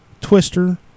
Twister